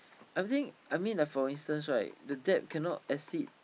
everything I mean like for instance right the debt cannot exceed